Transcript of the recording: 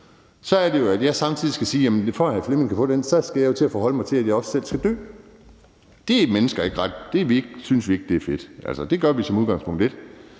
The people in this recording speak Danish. Så er det jo, at jeg samtidig, for at Flemming kan få den, skal til at forholde mig til, at jeg også selv skal dø. Det synes vi mennesker ikke er fedt; det gør vi som udgangspunkt